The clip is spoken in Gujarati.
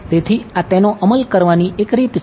તેથીઆ તેનો અમલ કરવાની એક રીત છે